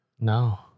no